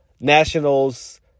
Nationals